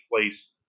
place